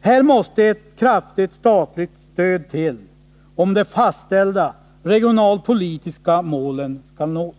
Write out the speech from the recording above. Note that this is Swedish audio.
Här måste ett kraftigt statligt stöd till, om de fastställda regionalpolitiska målen skall nås.